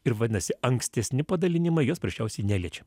ir vadinasi ankstesni padalinimai jos prasčiausiai neliečia